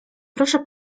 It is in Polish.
proszę